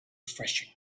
refreshing